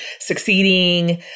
succeeding